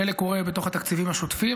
חלק קורה בתוך התקציבים השוטפים,